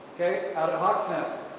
okay out at hawksnest.